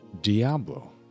diablo